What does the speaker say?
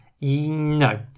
no